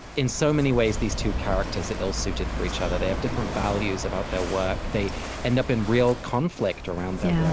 in so many ways, these two characters are ill-suited for each other. they have different values about their work. they end up in real conflict around their